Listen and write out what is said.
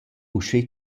uschè